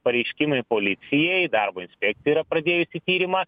pareiškimai policijai darbo inspekcija yra pradėjusi tyrimą